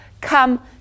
Come